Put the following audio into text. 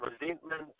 resentment